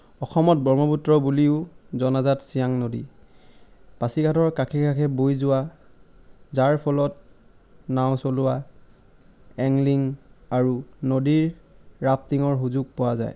অসমত ব্ৰহ্মপুত্ৰ বুলিও জনাজাত ছিয়াং নদী পাছিঘাটৰ কাষে কাষে বৈ যোৱা যাৰ ফলত নাও চলোৱা এংলিং আৰু নদীৰ ৰাফ্টিঙৰ সুযোগ পোৱা যায়